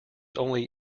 only